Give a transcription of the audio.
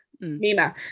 Mima